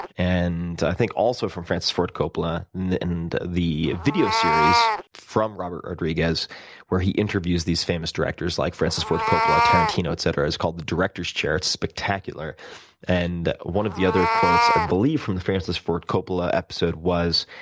and, i think, also from francis ford coppola in and the video series from robert rodriguez where he interviews these famous directors like francis ford coppola, tarantino, etc. it's called the director's chair, it's spectacular and one of the other quotes, i believe, from the francis ford coppola episode was,